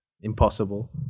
Impossible